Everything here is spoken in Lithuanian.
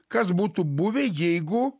kas būtų buvę jeigu